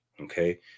okay